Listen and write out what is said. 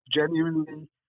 genuinely